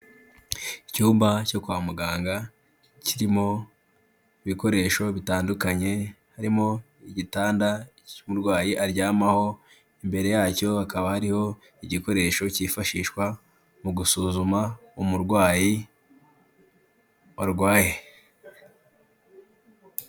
Icyumba cyo kwa muganga, kirimo ibikoresho bitandukanye, harimo igitanda cy'umurwayi aryamaho, imbere yacyo hakaba hariho igikoresho cyifashishwa mu gusuzuma umurwayi warwaye.